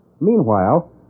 Meanwhile